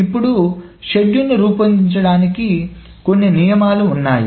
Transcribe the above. ఇప్పుడు షెడ్యూల్ను రూపొందించడానికి కొన్ని నియమాలు ఉన్నాయి